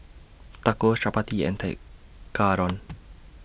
Tacos Chapati and Tekkadon